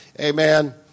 Amen